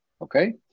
okay